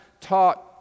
taught